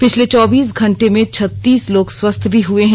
पिछले चौबीस घंटे में छत्तीस लोग स्वस्थ भी हुए हैं